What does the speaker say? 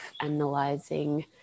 analyzing